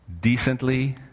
decently